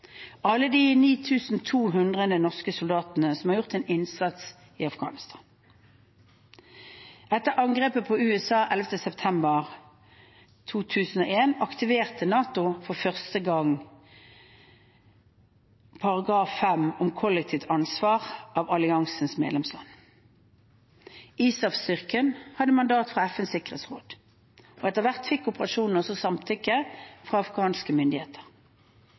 alle de 9 200 norske soldatene som har gjort en innsats i Afghanistan. Etter angrepet på USA 11. september 2001 aktiverte NATO for første gang artikkel 5 om kollektivt forsvar av alliansens medlemsland. ISAF-styrken hadde mandat fra FNs sikkerhetsråd. Etter hvert fikk operasjonene også samtykke fra afghanske myndigheter.